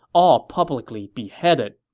all publicly beheaded,